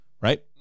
right